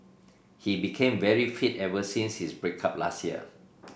he became very fit ever since his break up last year